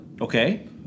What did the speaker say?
Okay